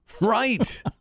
Right